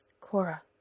Cora